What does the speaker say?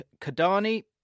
Kadani